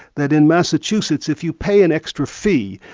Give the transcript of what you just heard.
that in massachusetts if you pay an extra fee,